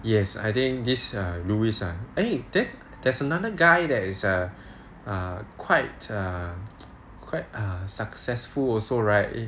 yes I think this err louis ah eh then there's another guy that is err err quite err quite err successful also right